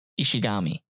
Ishigami